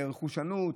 לרכושנות,